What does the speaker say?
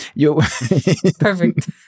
Perfect